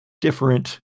different